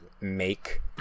make